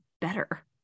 better